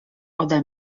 ode